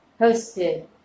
hosted